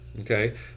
Okay